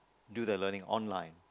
do the learning online